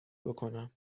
بکنم